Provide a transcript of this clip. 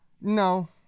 No